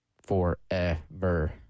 Forever